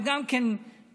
זה גם כן "בזכותו",